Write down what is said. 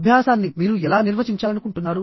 అభ్యాసాన్ని మీరు ఎలా నిర్వచించాలనుకుంటున్నారు